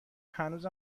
هنوز